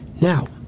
now